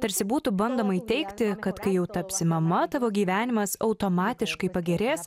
tarsi būtų bandoma įteigti kad kai jau tapsi mama tavo gyvenimas automatiškai pagerės